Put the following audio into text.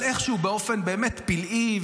אבל איכשהו באופן פלאי,